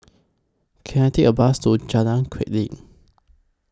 Can I Take A Bus to Jalan Chulek